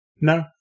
No